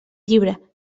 llibre